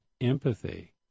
empathy